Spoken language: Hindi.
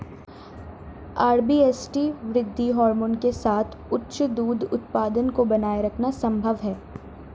आर.बी.एस.टी वृद्धि हार्मोन के साथ उच्च दूध उत्पादन को बनाए रखना संभव है